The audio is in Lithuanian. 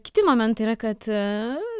kiti momentai yra kad